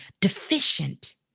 deficient